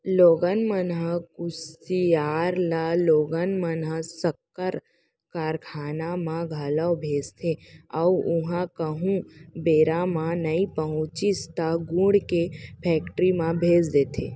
लोगन मन ह कुसियार ल लोगन मन ह सक्कर कारखाना म घलौ भेजथे अउ उहॉं कहूँ बेरा म नइ पहुँचिस त गुड़ के फेक्टरी म भेज देथे